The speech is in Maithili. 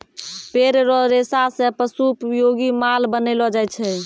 पेड़ रो रेशा से पशु उपयोगी माल बनैलो जाय छै